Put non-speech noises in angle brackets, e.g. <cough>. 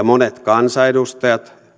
<unintelligible> monet kansanedustajat